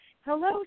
hello